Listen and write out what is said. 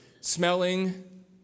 smelling